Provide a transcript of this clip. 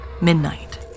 midnight